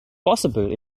possible